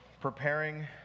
preparing